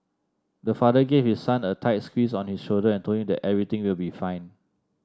the father gave his son a tight squeeze on his shoulder and told him that everything will be fine